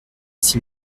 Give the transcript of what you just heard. six